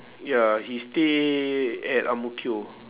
ya he stay at ang mo kio